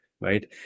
right